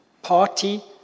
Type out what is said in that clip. party